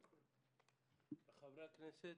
חברי הכנסת,